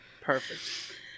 Perfect